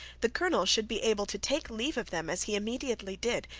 the colonel should be able to take leave of them, as he immediately did,